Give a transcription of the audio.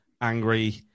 angry